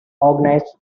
organised